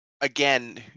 again